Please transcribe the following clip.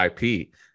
IP